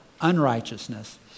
unrighteousness